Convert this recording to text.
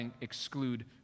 exclude